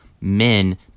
men